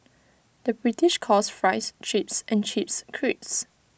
the British calls Fries Chips and Chips Crisps